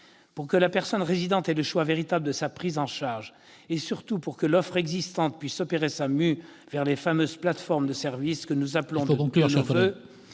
Pour que la personne résidente ait véritablement le choix de sa prise en charge et, surtout, pour que l'offre existante puisse opérer sa mue vers les fameuses « plateformes de services » que nous appelons tous de nos voeux,